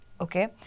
okay